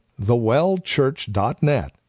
thewellchurch.net